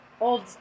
Old